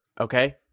Okay